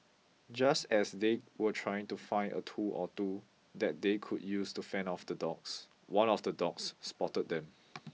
just as they were trying to find a tool or two that they could use to fend off the dogs one of the dogs spotted them